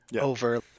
over